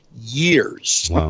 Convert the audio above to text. Years